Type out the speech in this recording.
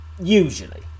Usually